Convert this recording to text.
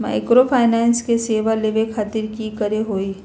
Microfinance के सेवा लेबे खातीर की करे के होई?